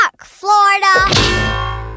Florida